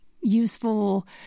useful